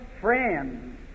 friends